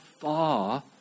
far